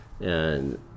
And-